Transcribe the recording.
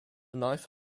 knife